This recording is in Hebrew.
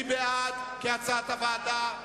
מי בעד, כהצעת הוועדה?